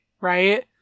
right